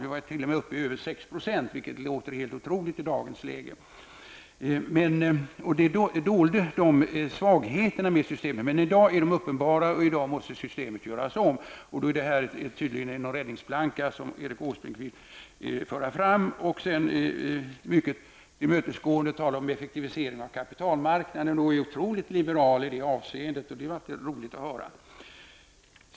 Vi var t.o.m. uppe i en tillväxttakt på 6 %, vilket låter helt otroligt i dagens läge. Det dolde svagheterna med systemet. Men i dag är de uppenbara, och systemet måste göras om. Det förslag som Erik Åsbrink vill föra fram är tydligen en räddningsplanka. Han är mycket tillmötesgående och talar om en effektivisering av kapitalmarknaden. Han är otroligt liberal i detta avseende, och det är verkligen roligt att höra.